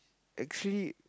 actually